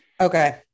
okay